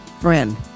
friend